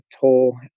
toll